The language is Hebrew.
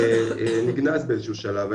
נגנז באיזשהו שלב,